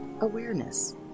awareness